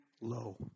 low